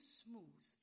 smooth